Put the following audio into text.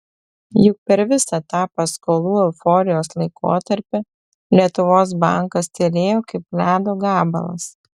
juk per visą tą paskolų euforijos laikotarpį lietuvos bankas tylėjo kaip ledo gabalas